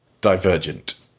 Divergent